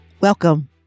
welcome